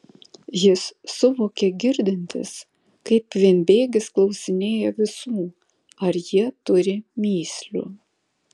jis suvokė girdintis kaip vienbėgis klausinėja visų ar jie turi mįslių